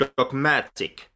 dogmatic